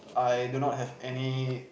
I do not have any